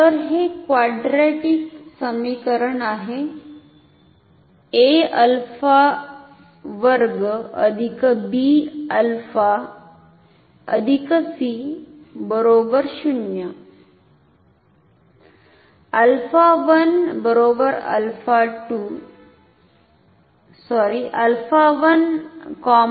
तर हे क्वाड्रॅटिक समीकरण आहे हे सोपे आहे